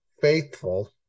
faithful